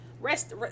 rest